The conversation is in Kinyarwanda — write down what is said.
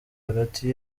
hagati